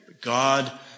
God